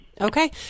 Okay